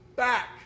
back